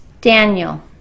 Daniel